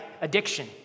addiction